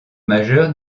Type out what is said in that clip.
majeure